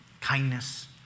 kindness